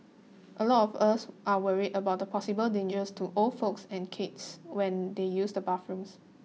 a lot of us are worried about the possible dangers to old folks and kids when they use the bathrooms